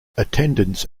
attendance